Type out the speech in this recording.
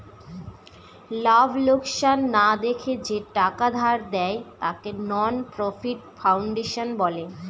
লাভ লোকসান না দেখে যে টাকা ধার দেয়, তাকে নন প্রফিট ফাউন্ডেশন বলে